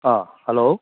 ꯑꯥ hello